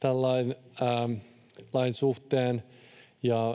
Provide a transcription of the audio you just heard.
tämän lain suhteen.